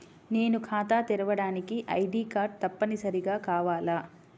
నేను ఖాతా తెరవడానికి ఐ.డీ కార్డు తప్పనిసారిగా కావాలా?